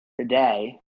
today